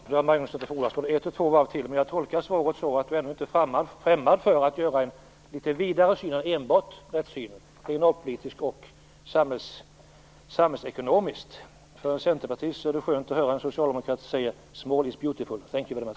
Herr talman! Det fordras nog ett eller två varv till. Men jag tolkar svaret så att Göran Magnusson inte är främmande till en vidare syn kriminalpolitiskt och samhällsekonomiskt än enbart rättssynen. För en centerpartist är det skönt att höra en socialdemokrat säga att "small is beautiful". Thank you very much!